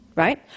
right